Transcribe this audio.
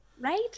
Right